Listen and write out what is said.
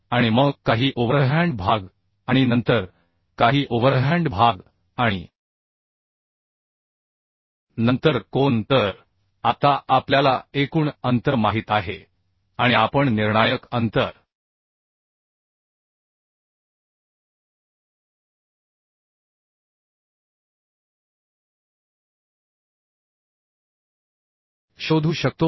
आणि मग काही ओव्हरहँड भाग आणि नंतर काही ओव्हरहँड भाग आणि नंतर कोन तर आता आपल्याला एकूण अंतर माहित आहे आणि आपण निर्णायक अंतर शोधू शकतो